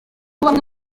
bamwe